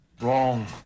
Wrong